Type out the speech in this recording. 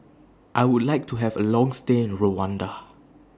I Would like to Have A Long stay in Rwanda